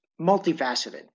multifaceted